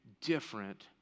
different